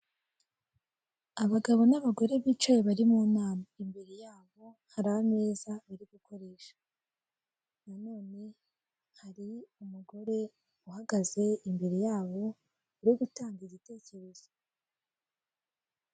Abagabo n'abagore bicaye bari mu nama, imbere yabo hari ameza bari gukoresha, na none hari umugore uhagaze imbere yabo uri gutanga igitekerezo.